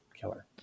killer